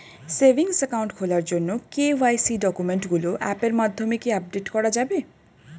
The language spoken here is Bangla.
সেভিংস একাউন্ট খোলার জন্য কে.ওয়াই.সি ডকুমেন্টগুলো অ্যাপের মাধ্যমে কি আপডেট করা যাবে?